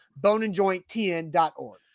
Boneandjointtn.org